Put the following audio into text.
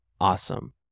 awesome